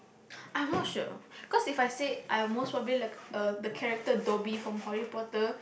I'm not sure cause If I say I'll most probably like uh the character Dobby from Harry-Potter